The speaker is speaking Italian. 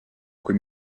quei